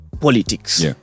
politics